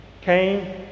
Cain